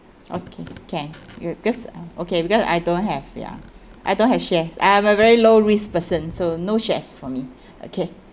okay can you because okay because I don't have ya I don't have share I'm a very low risk person so no shares for me okay